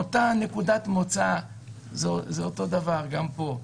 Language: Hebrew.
מאותה נקודת מוצא זה אותו דבר גם פה.